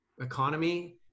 economy